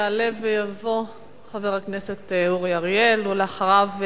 יעלה ויבוא חבר הכנסת אורי אריאל, ואחריו,